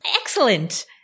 Excellent